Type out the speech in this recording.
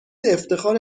افتخار